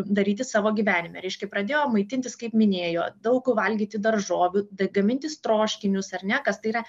daryti savo gyvenime reiškia pradėjo maitintis kaip minėjo daug valgyti daržovių gamintis troškinius ar ne kas tai yra